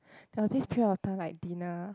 there was this period of time like dinner